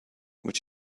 which